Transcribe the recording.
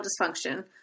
dysfunction